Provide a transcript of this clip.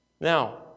Now